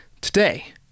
Today